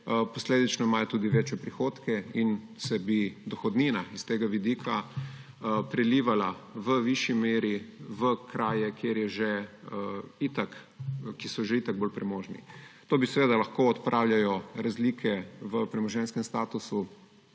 posledično tudi večje prihodke in se bi dohodnina s tega vidika prelivala v višji meri v kraje, ki so že itak bolj premožni. To bi seveda lahko odpravljalo razlike v premoženjskem statusu